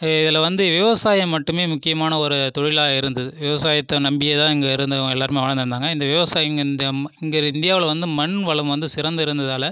இதில் வந்து விவசாயம் மட்டுமே முக்கியமான ஒரு தொழிலாக இருந்தது விவசாயத்தை நம்பியேதான் இங்கே இருந்தவங்க எல்லோருமே வாழ்ந்து வந்தாங்க இந்த விவசாயி வந்து இங்கே இந்தியாவில் வந்து மண் வளம் வந்து சிறந்து இருந்ததால